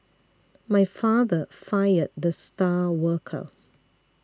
my father fired the star worker